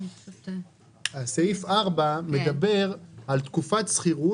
סעיף 4 מדבר על תקופת שכירות,